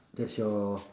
that's your